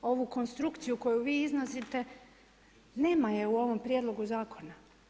Ovu konstrukciju koju vi iznosite, nema je u ovom Prijedlogu Zakona.